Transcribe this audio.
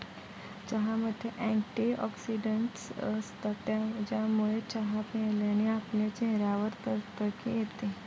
चहामध्ये अँटीऑक्सिडन्टस असतात, ज्यामुळे चहा प्यायल्याने आपल्या चेहऱ्यावर तकतकी येते